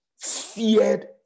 feared